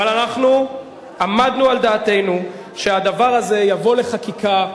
אבל אנחנו עמדנו על דעתנו שהדבר הזה יבוא לחקיקה,